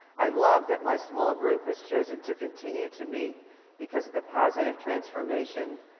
i love that my small group has chosen to continue to meet because of the positive transformation,